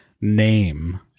name